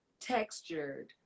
textured